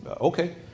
okay